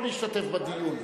אתה לא יכול להשתתף בדיון.